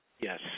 Yes